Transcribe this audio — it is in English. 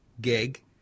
gig